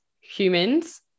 humans